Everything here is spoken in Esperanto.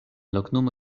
loknomo